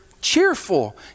cheerful